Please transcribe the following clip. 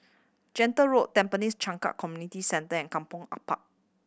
Gentle Road Tampines Changkat Community Centre and Kampong Ampat